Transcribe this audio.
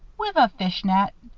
wiv a fish net.